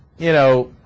you know